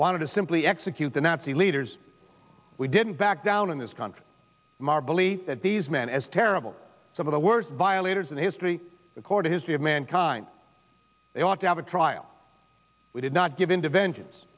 wanted to simply execute the nazi leaders we didn't back down in this country mar believe that these men as terrible some of the worst violators in history recorded history of mankind they ought to have a trial we did not give in to vengeance